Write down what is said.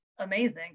amazing